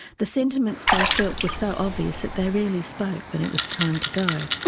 the sentiments they felt were so obvious that they rarely spoke when it was time to go.